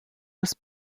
was